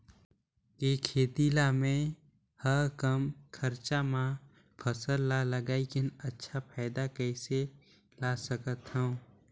के खेती ला मै ह कम खरचा मा फसल ला लगई के अच्छा फायदा कइसे ला सकथव?